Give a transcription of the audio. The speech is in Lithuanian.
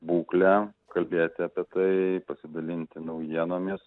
būklę kalbėti apie tai pasidalinti naujienomis